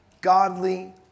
godly